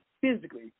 physically